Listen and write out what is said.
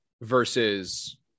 versus